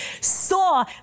saw